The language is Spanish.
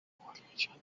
guarnición